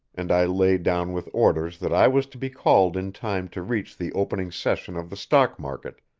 and i lay down with orders that i was to be called in time to reach the opening session of the stock market,